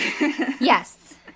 Yes